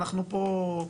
אנחנו פה,